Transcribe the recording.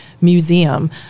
museum